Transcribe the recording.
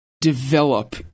develop